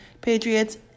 Patriots